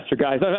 guys